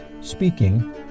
speaking